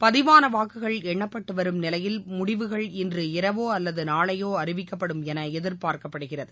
பதிவான வாக்குகள் எண்ணப்பட்டு வரும் நிலையில் முடிவுகள் இன்றிரவோ அல்லது நாளையோ அறிவிக்கப்படும் என எதிர்பார்க்கப்படுகிறது